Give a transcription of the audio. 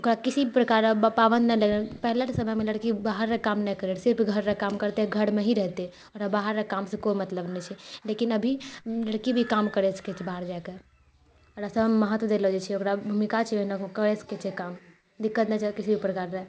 ओकरा किसी भी प्रकार र पाबन्द नै पहिलेके समयमे लड़की बाहर र काम नै करै सिर्फ घर र काम करतै घरमे ही रहतै ओकरा बाहर र कामसऽ कोइ मतलब नै छै लेकिन अभी लड़की भी काम करय सकै छै बाहर जायकऽ ओकरा समान महत्त्व देलो जाइ छै ओकर भूमिका छै ओकरा ओ करय सकै छै काम दिक्कत नै छै किसी भी प्रकार र